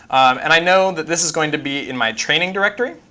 and i know that this is going to be in my training directory.